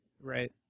Right